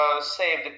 save